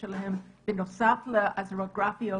אנחנו נציע שההוראות האלה ייעשו באישור ועדת הכלכלה.